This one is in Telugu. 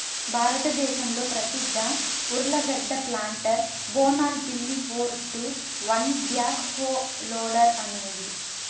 భారతదేశంలో ప్రసిద్ధ ఉర్లగడ్డ ప్లాంటర్ బోనాల్ పిల్లి four two one backhoe loader అనేది